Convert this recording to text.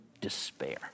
despair